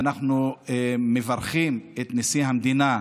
ואנחנו מברכים את נשיא המדינה,